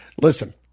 Listen